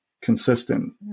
consistent